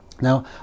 Now